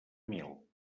mil